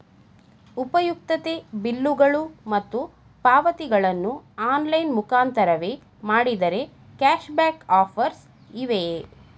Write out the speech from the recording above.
ಉಪಯುಕ್ತತೆ ಬಿಲ್ಲುಗಳು ಮತ್ತು ಪಾವತಿಗಳನ್ನು ಆನ್ಲೈನ್ ಮುಖಾಂತರವೇ ಮಾಡಿದರೆ ಕ್ಯಾಶ್ ಬ್ಯಾಕ್ ಆಫರ್ಸ್ ಇವೆಯೇ?